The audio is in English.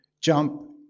jump